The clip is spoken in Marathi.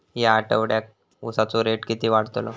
या आठवड्याक उसाचो रेट किती वाढतलो?